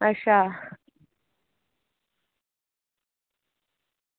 अच्छा